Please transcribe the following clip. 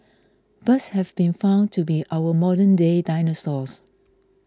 birds have been found to be our modernday dinosaurs